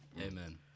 Amen